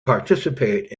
participate